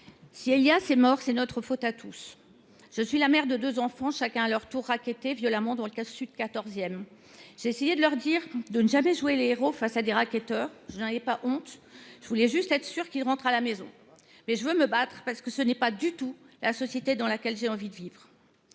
si Élias est mort, c’est notre faute à tous. Je suis la mère de deux enfants, qui ont chacun leur tour été rackettés, violemment, dans le XIV arrondissement de Paris. J’ai essayé de les convaincre de ne jamais jouer les héros face à des racketteurs. Je n’en ai pas honte : je voulais juste être sûre qu’ils rentrent à la maison. Mais je veux me battre, parce que telle n’est pas du tout la société dans laquelle j’ai envie de vivre.